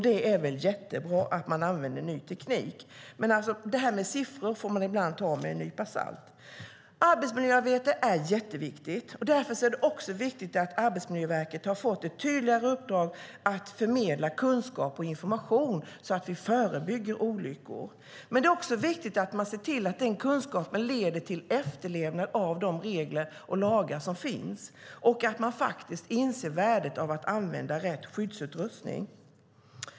Det är väl jättebra att man använder ny teknik. Det här med siffror får man ibland ta med en nypa salt. Arbetsmiljöarbete är jätteviktigt. Därför är det viktigt att Arbetsmiljöverket har fått ett tydligare uppdrag att förmedla kunskap och information så att vi förebygger olyckor. Men det är också viktigt att se till att den kunskapen leder till efterlevnad av de regler och lagar som finns och att man inser värdet av att använda rätt skyddsutrustning.